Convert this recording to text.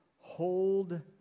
hold